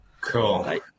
Cool